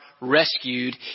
rescued